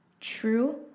true